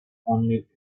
only